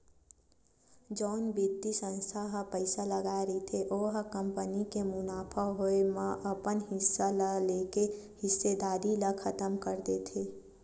जउन बित्तीय संस्था ह पइसा लगाय रहिथे ओ ह कंपनी के मुनाफा होए म अपन हिस्सा ल लेके हिस्सेदारी ल खतम कर देथे